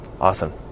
Awesome